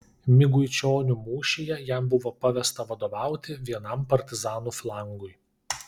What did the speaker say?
miguičionių mūšyje jam buvo pavesta vadovauti vienam partizanų flangui